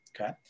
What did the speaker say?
okay